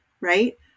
right